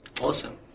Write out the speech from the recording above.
Awesome